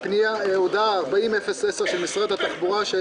יש עוד רוויזיה של משרד התחבורה.